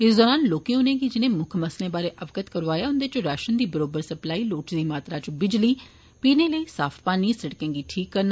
इस दौरान लोकें उनेंगी जिनें मुक्ख मसलें बारै अवगत करोआया उन्दे च राषन दी बरोबर सप्लाई लोड़चदी मात्रा च बिजली पीने लेई साफ पानी सिड़कें गी ठीक करना